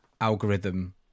algorithm